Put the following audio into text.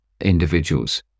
individuals